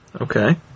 Okay